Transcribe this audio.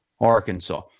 Arkansas